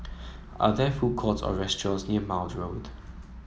are there food courts or restaurants near Maude Road